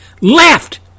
left